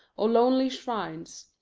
or lonely shrines,